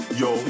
yo